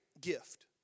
gift